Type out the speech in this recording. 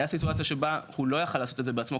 הייתה סיטואציה שבה הוא לא יכול היה לעשות את זה בעצמו.